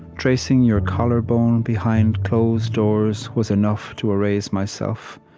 tracing your collarbone behind closed doors, was enough to erase myself.